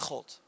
God